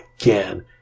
again